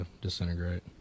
disintegrate